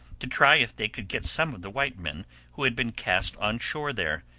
to try if they could get some of the white men who had been cast on shore there,